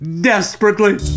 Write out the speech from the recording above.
desperately